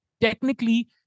technically